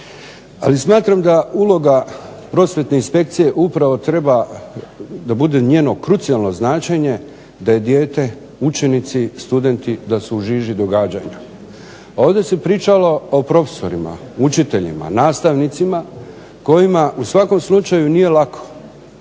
Ali, smatram da uloga Prosvjetne inspekcije upravo treba da bude njeno krucijalno značenje da je dijete, učenici, studenti da su u žiži događanja. A ovdje se pričalo o profesorima, učiteljima, nastavnicima kojima u svakom slučaju nije lako